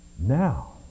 Now